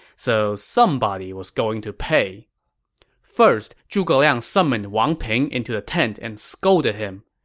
so somebody was going to pay first, zhuge liang summoned wang ping into the tent and scolded him,